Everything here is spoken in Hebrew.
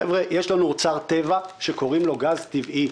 חבר'ה, יש לנו אוצר טבע שקוראים לו גז טבעי.